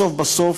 בסוף בסוף,